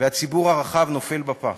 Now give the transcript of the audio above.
והציבור הרחב נופל בפח.